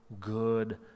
good